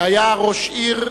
והיה ראש עיר,